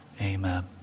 amen